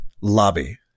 Lobby